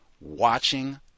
watching